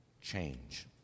Change